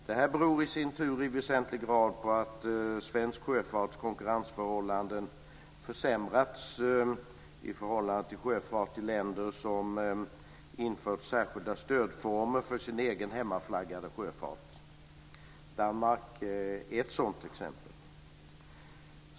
Det här beror i sin tur i väsentlig grad på att svensk sjöfarts konkurrensförhållanden försämrats i förhållande till sjöfart i länder som infört särskilda stödformer för sin egen hemmaflaggade sjöfart. Danmark är ett sådant exempel.